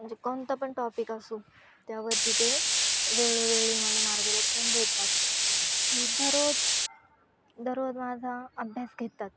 म्हणजे कोणता पण टॉपिक असो त्यावर तिथे वेळोवेळी मला मार्गदर्शन देतात की दररोज दररोज माझा अभ्यास घेतात